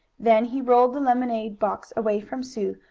then he rolled the lemonade box away from sue,